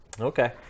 Okay